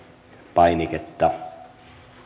painiketta